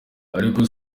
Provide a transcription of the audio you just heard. ariko